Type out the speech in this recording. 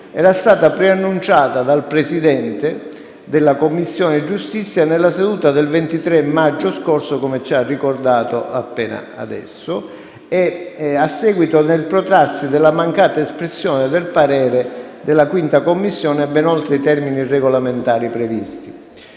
era stata preannunciata dal Presidente della Commissione giustizia nella seduta del 23 maggio scorso, come ci ha appena ricordato, a seguito del protrarsi della mancata espressione del parere della 5a Commissione ben oltre i termini regolamentari previsti.